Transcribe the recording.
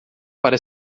para